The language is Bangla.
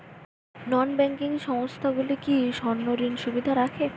নন ব্যাঙ্কিং সংস্থাগুলো কি স্বর্ণঋণের সুবিধা রাখে?